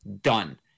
Done